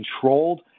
controlled